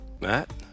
Matt